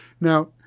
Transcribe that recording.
Now